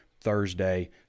Thursday